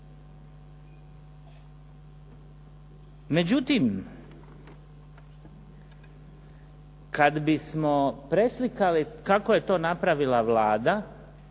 Međutim, kad bismo preslikali kako je to napravila Vlada,